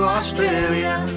Australia